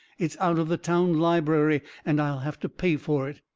it's out of the town library and i'll have to pay for it.